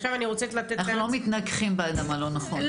אנחנו לא מתנגחים באדם הלא נכון,